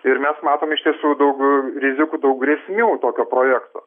ir mes matom iš tiesų daug rizikų daug grėsmių tokio projekto